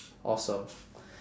awesome